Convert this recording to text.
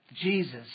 Jesus